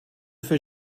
fait